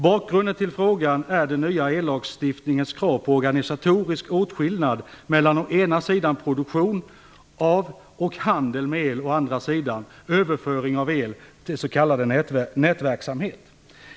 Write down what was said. Bakgrunden till frågan är den nya ellagstiftningens krav på organisatorisk åtskillnad mellan å ena sidan produktion av och handel med el och å andra sidan överföring av el, dvs.